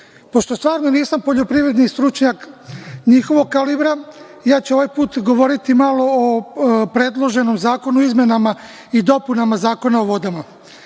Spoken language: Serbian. stvarno nisam poljoprivredni stručnjak njihovog kalibra, ja ću ovaj put govoriti malo o predloženom Zakonu o izmenama i dopunama Zakona o vodama.